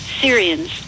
Syrians